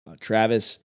Travis